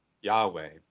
Yahweh